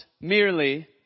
merely